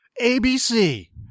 ABC